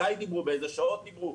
מתי דברו ובאלה שעות דברו.